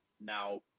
Now